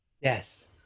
Yes